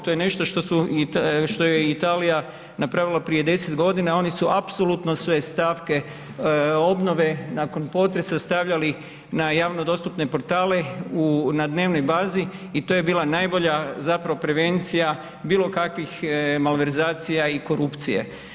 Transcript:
To je nešto što su, što je Italija napravila prije 10.g., oni su apsolutno sve stavke obnove nakon potresa stavljali na javnodostupne portale u, na dnevnoj bazi i to je bila najbolja zapravo prevencija bilo kakvih malverzacija i korupcije.